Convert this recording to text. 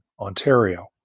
Ontario